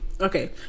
Okay